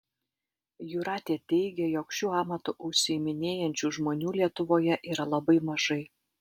jūratė teigia jog šiuo amatu užsiiminėjančių žmonių lietuvoje yra labai mažai